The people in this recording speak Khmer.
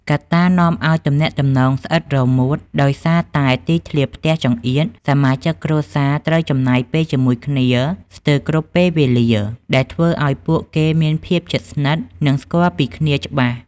កត្តានាំឲ្យ "ទំនាក់ទំនងស្អិតរមួត"ដោយសារតែទីធ្លាផ្ទះចង្អៀត សមាជិកគ្រួសារត្រូវចំណាយពេលជាមួយគ្នាស្ទើរគ្រប់ពេលវេលា ដែលធ្វើឲ្យពួកគេមានភាពជិតស្និទ្ធ និងស្គាល់ពីគ្នាច្បាស់។